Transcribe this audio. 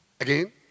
Again